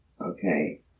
okay